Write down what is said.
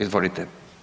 Izvolite.